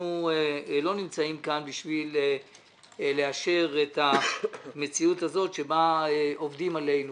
אנחנו לא נמצאים כאן בשביל לאשר את המציאות הזאת שבה עובדים עלינו